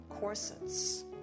corsets